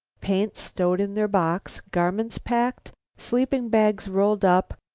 paints stowed in their box, garments packed, sleeping-bags rolled up.